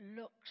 looks